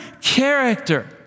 character